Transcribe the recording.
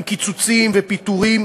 עם קיצוצים ועם פיטורים,